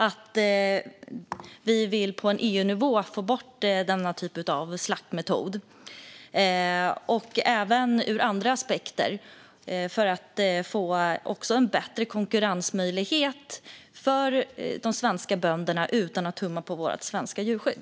Det handlar också om att förbättra svenska bönders konkurrenskraft utan att tumma på svenskt djurskydd.